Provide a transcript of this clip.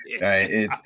right